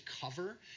cover